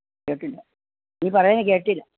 കേട്ടില്ല നീ പറയുന്നത് കേട്ടില്ല